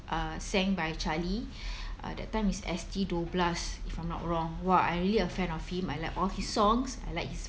uh sang by charlie uh that time is s t doblas if I'm not wrong !wah! I really a fan of him I like all his songs I like his